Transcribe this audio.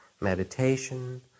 meditation